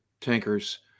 tankers